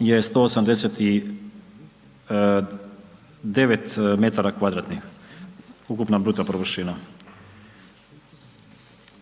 je 189 m2, ukupna bruto površina.